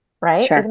Right